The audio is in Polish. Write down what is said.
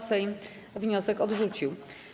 Sejm wniosek odrzucił.